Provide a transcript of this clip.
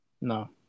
No